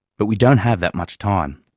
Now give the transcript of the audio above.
but we don't have that much time.